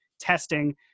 testing